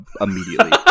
immediately